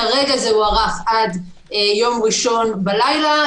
כרגע זה הוארך עד יום ראשון בלילה.